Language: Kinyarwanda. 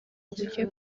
bujye